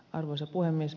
arvoisa puhemies